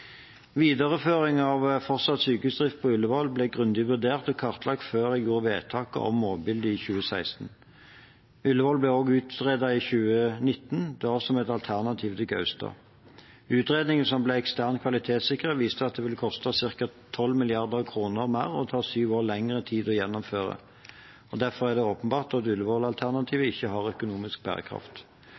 Videreføring av fortsatt sykehusdrift på Ullevål ble grundig vurdert og kartlagt før jeg fattet vedtaket om målbildet i 2016. Ullevål ble også utredet i 2019, da som et alternativ til Gaustad. Utredningen, som ble eksternt kvalitetssikret, viste at det vil koste ca. 12 mrd. kr mer og ta sju år lenger å gjennomføre. Derfor er det åpenbart at Ullevål-alternativet ikke har økonomisk bærekraft.